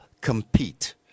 compete